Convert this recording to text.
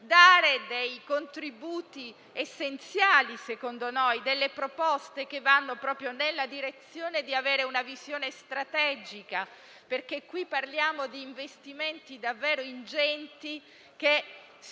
parere essenziali, di avanzare delle proposte che vanno proprio nella direzione di avere una visione strategica, perché parliamo di investimenti davvero ingenti per